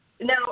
Now